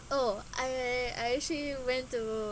oh I I actually went to